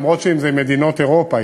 למרות שזה עם מדינות אירופה,